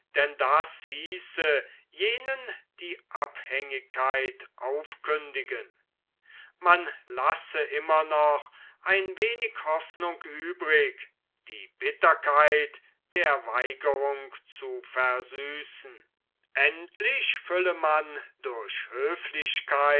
das hieße jenen die abhängigkeit aufkündigen man lasse immer noch ein wenig hoffnung übrig die bitterkeit der weigerung zu versüßen endlich fülle man durch höflichkeit